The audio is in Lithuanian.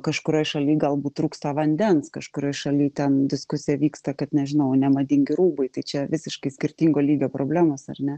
kažkurioj šaly galbūt trūksta vandens kažkurioj šaly ten diskusija vyksta kad nežinau nemadingi rūbai tai čia visiškai skirtingo lygio problemos ar ne